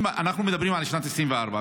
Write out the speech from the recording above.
אם אנחנו מדברים על שנת 2024,